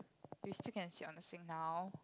you still can sit on a swing now